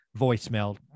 voicemail